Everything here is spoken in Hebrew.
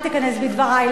אל תיכנס בדברי.